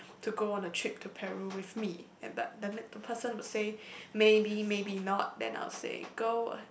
to go on a trip to Peru with me and the the next the person would say maybe maybe not then I'll say go